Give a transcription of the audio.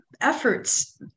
efforts